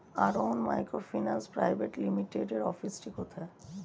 আরোহন microfinance private লিমিটেডের অফিসটি কোথায়?